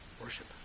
worship